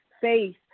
faith